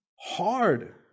hard